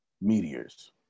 Meteors